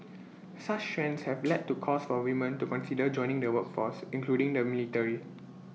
such trends have led to calls for women to consider joining the workforce including the military